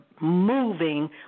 moving